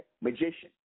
magician